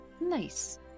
Nice